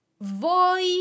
voi